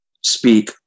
speak